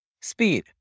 speed